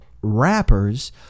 rappers